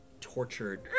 Tortured